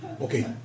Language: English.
Okay